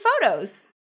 photos